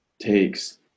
takes